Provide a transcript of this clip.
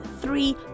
three